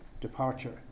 departure